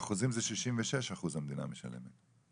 אחוזים, זה 66% המדינה משלמת.